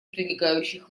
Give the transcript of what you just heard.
прилегающих